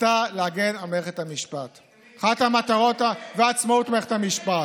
הייתה להגן על מערכת המשפט ועצמאות מערכת המשפט.